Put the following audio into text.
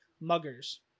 Muggers